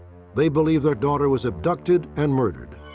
they believe their daughter was abducted and murdered.